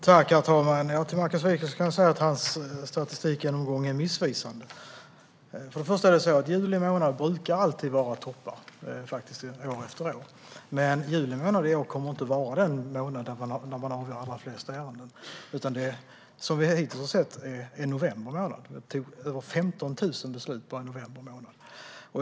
Herr talman! Markus Wiechels statistik är missvisande. För det första brukar det alltid vara toppar i juli månad år efter år. Men juli månad i år kommer inte att vara den månad när man avgör de allra flesta ärenden. Såvitt vi hittills har sett var det i november månad när man fattade över 15 000 beslut.